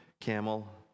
camel